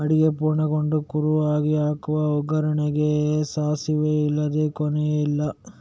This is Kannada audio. ಅಡುಗೆ ಪೂರ್ಣಗೊಂಡ ಕುರುಹಾಗಿ ಹಾಕುವ ಒಗ್ಗರಣೆಗೆ ಸಾಸಿವೆ ಇಲ್ಲದೇ ಕೊನೆಯೇ ಇಲ್ಲ